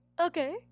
Okay